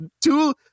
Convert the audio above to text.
two